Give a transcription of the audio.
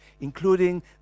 including